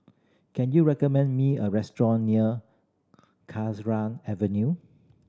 can you recommend me a restaurant near Avenue